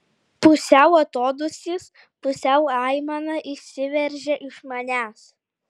pusiau atodūsis pusiau aimana išsiveržia iš manęs